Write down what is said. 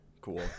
Cool